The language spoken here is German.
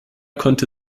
konnte